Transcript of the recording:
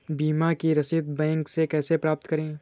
बीमा की रसीद बैंक से कैसे प्राप्त करें?